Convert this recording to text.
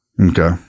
Okay